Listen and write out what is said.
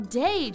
day